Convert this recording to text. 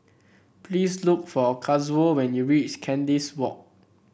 please look for Kazuo when you reach Kandis Walk